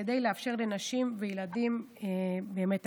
כדי באמת לאפשר לנשים ולילדים הגנה.